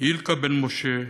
אליקה בן משה,